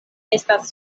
estas